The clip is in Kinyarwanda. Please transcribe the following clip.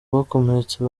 bakomeretse